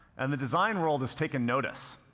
and the design world has taken notice.